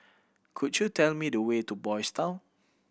could you tell me the way to Boys' Town